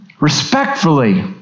respectfully